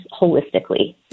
holistically